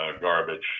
garbage